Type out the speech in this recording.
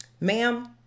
ma'am